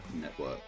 Network